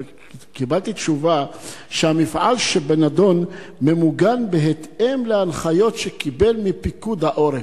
וקיבלתי תשובה שהמפעל שבנדון ממוגן בהתאם להנחיות שקיבל מפיקוד העורף.